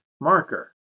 marker